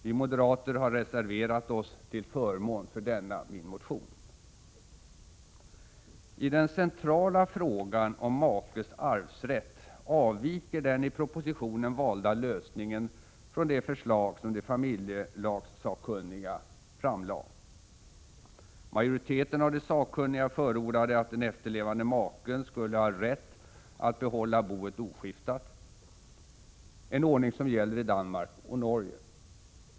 Vi moderater har reserverat oss till förmån för denna min motion. I den centrala frågan om makes arvsrätt avviker den i propositionen valda lösningen från de förslag som de familjelagssakkunniga framlade. Majoriteten av de sakkunniga förordade att den efterlevande maken skulle ha rätt att behålla boet oskiftat, en ordning som gäller i Danmark och Norge.